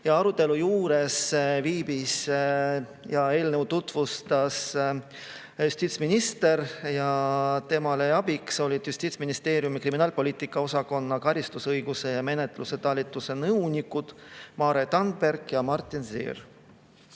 Arutelu juures viibis ja eelnõu tutvustas justiitsminister ja temale abiks olid Justiitsministeeriumi kriminaalpoliitika osakonna karistusõiguse ja menetluse talituse nõunikud Mare Tannberg ja Martin Ziehr. Ma